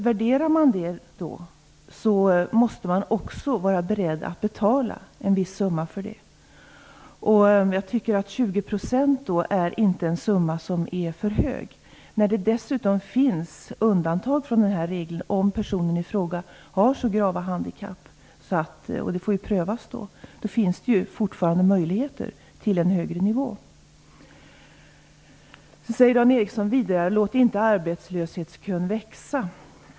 Värderar man denna arbetsinsats måste man också vara beredd att betala en viss summa, och jag tycker inte att 20 % är för mycket. Det finns ju dessutom undantag från den regeln på så sätt att en person med mycket grava handikapp - om de är tillräckligt grava får förstås prövas - har möjlighet att få ersättning på en högre nivå. Dan Ericsson säger också: Låt inte arbetslöshetskön växa.